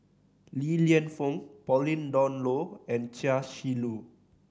Li Lienfung Pauline Dawn Loh and Chia Shi Lu